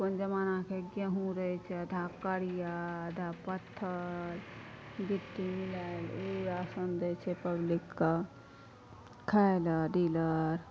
कोन जमानके गेहुँम रहै छै आधा करिआ आधा पत्थर गिट्टी मिलाएल ओ राशन दै छै पब्लिक कऽ खाइ लऽ डीलर